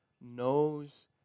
knows